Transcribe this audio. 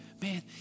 Man